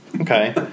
Okay